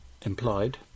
implied